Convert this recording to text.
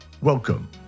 Welcome